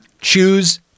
choose